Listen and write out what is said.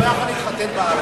לא יכול להתחתן בארץ,